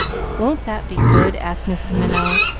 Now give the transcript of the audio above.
won't that be good? asked mrs. minot,